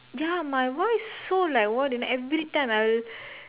ya my voice so like what and every time I will